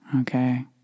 okay